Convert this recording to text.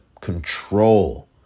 control